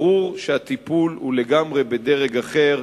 ברור שהטיפול הוא לגמרי בדרג אחר,